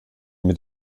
mit